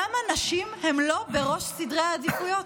למה נשים הן לא בראש סדרי העדיפויות?